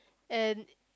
and